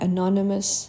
Anonymous